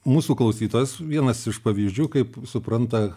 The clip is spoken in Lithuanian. mūsų klausytojas vienas iš pavyzdžių kaip supranta